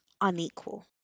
unequal